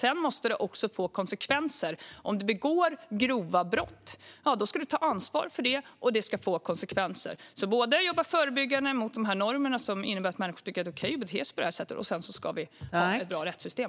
Det måste få konsekvenser om man begår grova brott. Man ska ta ansvar för det, och det ska få konsekvenser. Det gäller alltså att jobba förebyggande mot de normer som innebär att människor tycker att det är okej att bete sig på det sättet, och sedan ska vi ha ett bra rättssystem.